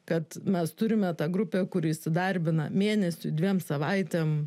kad mes turime tą grupę kuri įsidarbina mėnesiui dviem savaitėm